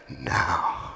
now